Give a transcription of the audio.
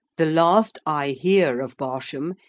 the last i hear of barsham,